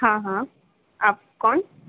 ہاں ہاں آپ کون